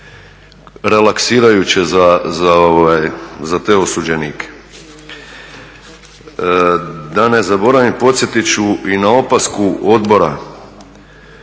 relaksirajuće za te osuđenike. Da ne zaboravim, podsjetit ću i na opasku Odbora